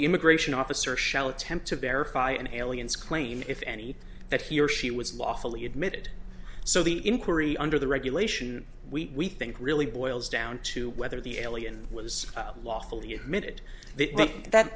immigration officer shall attempt to verify an alien's claim if any that he or she was lawfully admitted so the inquiry under the regulation we think really boils down to whether the alien was lawfully admitted that